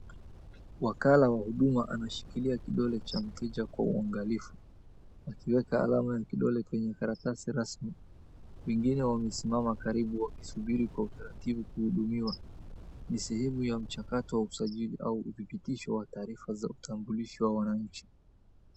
Wakala wa huduma anashikilia kidole cha mteja kwa uangalifu. Akiweka alama ya kidole kwenye karatasi rasmi. Wengine wamesimama karibu wakisubiri kwa utaratibu kuhudumiwa. Ni sehemu ya mchakato wa usajili au thibitisho wa taarifa za utambulisho wa wananchi.